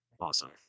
awesome